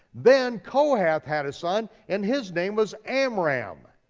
then kohath had a son, and his name was amram.